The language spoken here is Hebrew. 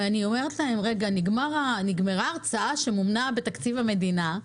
ואני אומרת להם: נגמרה ההרצאה שמומנה בתקציב המדינה,